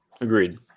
Agreed